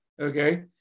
okay